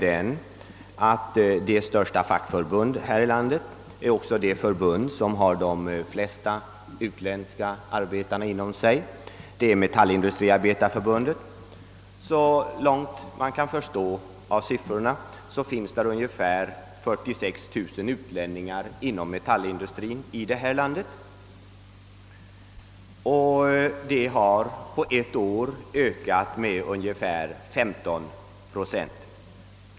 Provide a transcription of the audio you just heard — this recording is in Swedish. Vårt största fackförbund — Metallindustriarbetareförbundet — organiserar de flesta utländska arbetarna här i landet. Av siffrorna tycks framgå, att det i vårt land finns ungefär 46 000 utlänningar inom metallindustrien. Antalet har på ett år ökat med ungefär 15 procent.